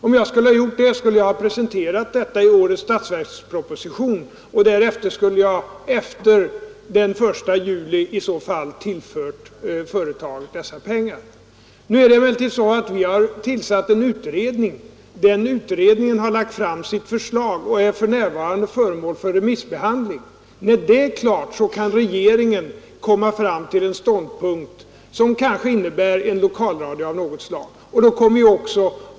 Om jag skulle ha gjort det skulle jag ha presenterat förslag därom i årets statsverksproposition och därefter skulle jag, i så fall, efter den 1 juli ha tillfört företaget dessa pengar. Nu har vi emellertid tillsatt en utredning. Den utredningen har lagt fram sitt förslag, som för närvarande är föremål för remissbehandling. När den är klar kan regeringen komma fram till en ståndpunkt, som kanske innebär att vi föreslår lokalradio av något slag.